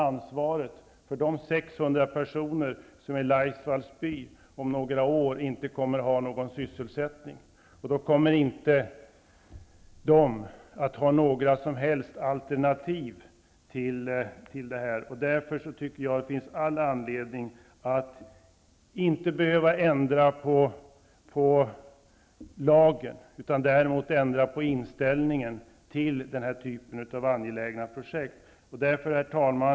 Ansvaret för de 600 personer i Laisvalls by som om några år inte kommer att ha någon sysselsättning vilar på dem i bostadsutskottet som har fattat detta beslut. Dessa personer kommer inte att ha några som helst alternativ. Det finns all anledning att inte ändra på lagen men däremot på inställningen till den typen av angelägna projekt. Herr talman!